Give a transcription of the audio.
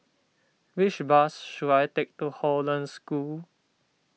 which bus should I take to Hollandse School